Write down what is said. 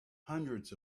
hundreds